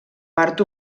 part